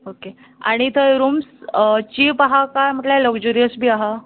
okay आणी थंय rooms cheap आहा काय म्हटल्यार लग्ज्यूरीयस बी आहा